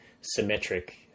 symmetric